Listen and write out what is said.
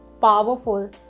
powerful